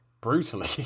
brutally